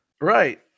Right